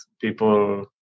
people